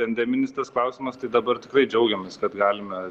pandeminis tas klausimas tai dabar tikrai džiaugiamės kad galime